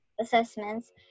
assessments